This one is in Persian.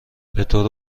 بطور